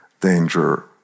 danger